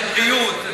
לבריאות,